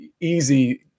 easy